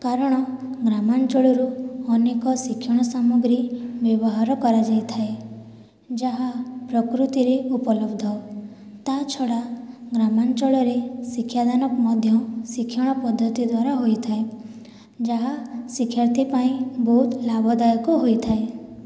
କାରଣ ଗ୍ରାମାଞ୍ଚଳରୁ ଅନେକ ଶିକ୍ଷଣ ସାମଗ୍ରୀ ବ୍ୟବହାର କରାଯାଇଥାଏ ଯାହା ପ୍ରକୃତିରେ ଉପଲବ୍ଧ ତା' ଛଡ଼ା ଗ୍ରାମାଞ୍ଚଳରେ ଶିକ୍ଷାଦାନ ମଧ୍ୟ ଶିକ୍ଷଣ ପଦ୍ଧତି ଦ୍ୱାରା ହୋଇଥାଏ ଯାହା ଶିକ୍ଷାର୍ଥୀ ପାଇଁ ବହୁତ ଲାଭଦାୟକ ହୋଇଥାଏ